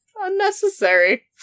Unnecessary